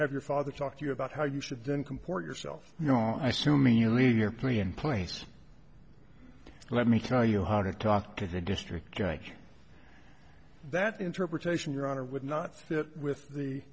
have your father talk to you about how you should then comport yourself you know i sumi you leave your plea in place let me tell you how to talk to the district that interpretation your honor would not fit with the